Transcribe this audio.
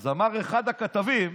אז אמר אחד הכתבים: